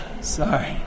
Sorry